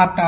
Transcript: आता